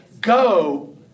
Go